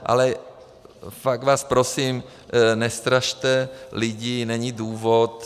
Ale fakt vás prosím, nestrašte lidi, není důvod.